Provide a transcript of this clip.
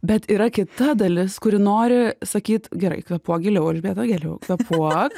bet yra kita dalis kuri nori sakyt gerai kvėpuok giliau elžbieta giliau kvėpuok